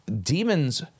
demons